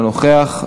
אינו נוכח,